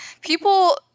People